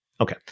Okay